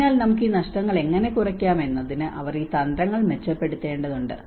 അതിനാൽ നമുക്ക് ഈ നഷ്ടങ്ങൾ എങ്ങനെ കുറയ്ക്കാം എന്നതിന് അവർ ഈ തന്ത്രങ്ങൾ മെച്ചപ്പെടുത്തേണ്ടതുണ്ട്